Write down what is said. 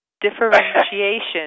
differentiation